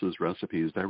recipes